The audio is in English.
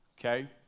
okay